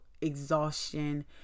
exhaustion